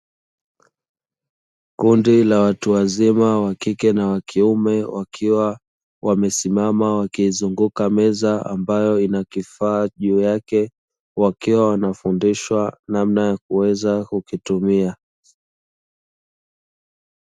Kundi la watu wazima wa kike na wa kiume, wakiwa wamesimama wakizunguka meza ambayo ina kifaa juu yake, wakiwa wanafundishwa namna ya kuweza kukitumia.